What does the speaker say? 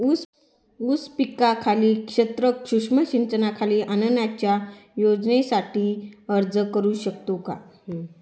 ऊस पिकाखालील क्षेत्र सूक्ष्म सिंचनाखाली आणण्याच्या योजनेसाठी अर्ज करू शकतो का?